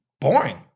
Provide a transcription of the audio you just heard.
boring